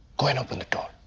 go and open the door.